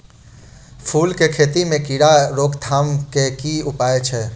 फूल केँ खेती मे कीड़ा रोकथाम केँ की उपाय छै?